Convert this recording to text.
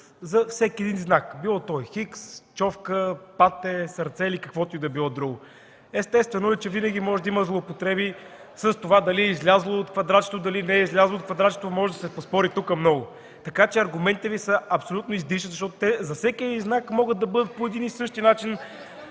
за всеки един знак, било то „Х”, „човка”, „пате”, „сърце” или каквото и да било друго. Естествено е, че винаги може да има злоупотреби с това дали е излязло от квадратчето, дали не е излязло от квадратчето, може да се поспори тук много, така че аргументите Ви са абсолютно излишни. Те за всеки един знак могат да бъдат по един и същи начин...